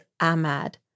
Ahmad